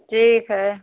ठीक है